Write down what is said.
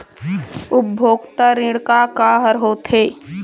उपभोक्ता ऋण का का हर होथे?